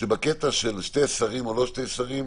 שבקטע של שני שרים או לא שני שרים,